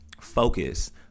focus